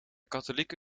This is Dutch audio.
katholieke